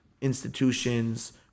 Institutions